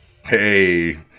Hey